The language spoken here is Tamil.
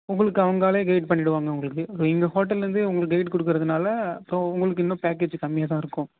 உங்களுக்கு அவங்க ஆளே கைடு பண்ணிவிடுவாங்க உங்களுக்கு எங்கள் ஹோட்டலிலேருந்தே உங்களுக்கு கைடு கொடுக்குறதுனால ஸோ உங்களுக்கு இன்னும் பேக்கேஜி கம்மியாகதான் இருக்கும்